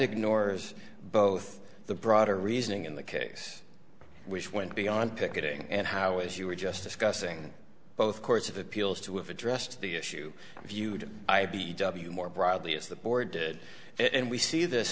ignores both the broader reasoning in the case which went beyond picketing and how as you were just discussing both courts of appeals to have addressed the issue viewed i b e w more broadly as the board did and we see this